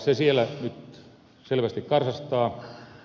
se siellä nyt selvästi karsastaa